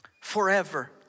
Forever